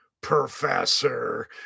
professor